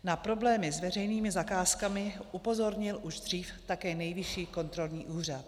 Na problémy s veřejnými zakázkami upozornil už dřív také Nejvyšší kontrolní úřad.